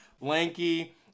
lanky